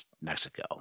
Mexico